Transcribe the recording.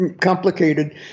complicated